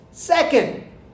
Second